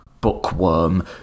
bookworm